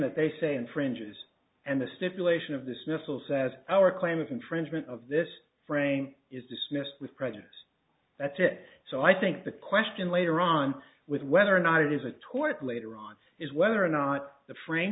that they say infringes and the stipulation of this missile says our claim of infringement of this frame is dismissed with prejudice that's it so i think the question later on with whether or not it is a tort later on is whether or not the frame